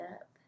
up